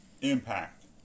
Impact